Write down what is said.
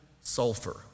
sulfur